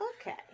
okay